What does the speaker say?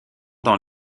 dans